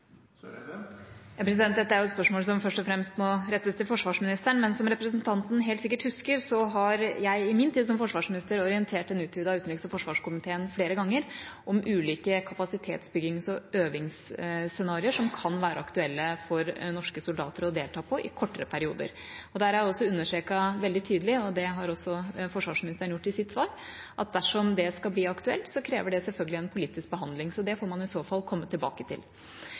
så fall gjøre? Dette er et spørsmål som først og fremst må rettes til forsvarsministeren, men som representanten Lysbakken helt sikkert husker, orienterte jeg i min tid som forsvarsminister den utvidete utenriks- og forsvarskomiteen flere ganger om ulike kapasitetsbyggings- og øvingsscenarioer som kunne være aktuelle for norske soldater å delta i i kortere perioder. Jeg har understreket veldig tydelig – det har også forsvarsministeren gjort i sitt svar – at dersom det skulle bli aktuelt, krever det selvfølgelig en politisk behandling. Så det får man i så fall komme tilbake til.